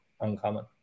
uncommon